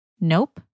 Nope